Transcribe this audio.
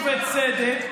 ובצדק,